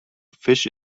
fish